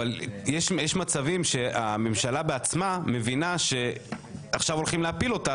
אבל יש מצבים שהממשלה בעצמה מבינה שעכשיו הולכים להפיל אותה,